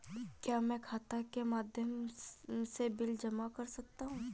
क्या मैं खाता के माध्यम से बिल जमा कर सकता हूँ?